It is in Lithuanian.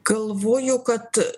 galvoju kad